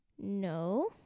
no